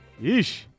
Yeesh